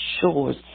shores